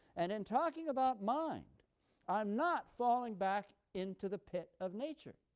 and in talking about mind i'm not falling back into the pit of nature.